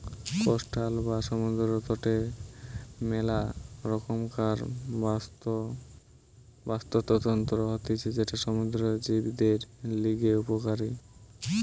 coastal বা সমুদ্র তটের মেলা রকমকার বাস্তুতন্ত্র হতিছে যেটা সমুদ্র জীবদের লিগে উপকারী